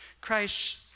Christ